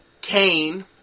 Cain